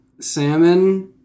salmon